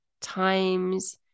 times